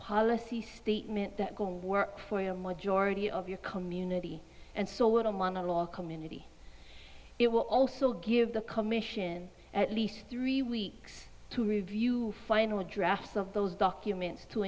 policy statement that going work for a majority of your community and so would a monologue community it will also give the commission at least three weeks to review final drafts of those documents to